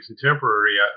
Contemporary